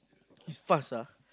he's fast lah